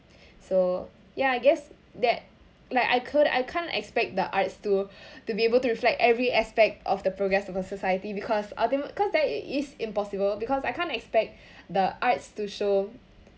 so ya I guess that like I could I can't expect the arts to to be able to reflect every aspect of the progress of our society because I think it is impossible because I can't expect the arts to show